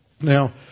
Now